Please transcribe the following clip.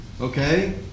okay